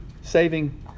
saving